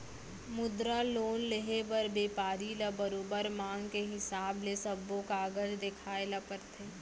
मुद्रा लोन लेहे बर बेपारी ल बरोबर मांग के हिसाब ले सब्बो कागज देखाए ल परथे